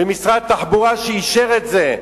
ומשרד התחבורה שאישר את זה,